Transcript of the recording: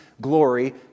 glory